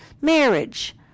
marriage